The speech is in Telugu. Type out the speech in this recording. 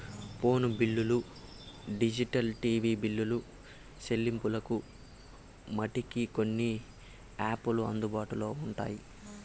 ఫోను బిల్లులు డిజిటల్ టీవీ బిల్లులు సెల్లింపులకు మటికి కొన్ని యాపులు అందుబాటులో ఉంటాయి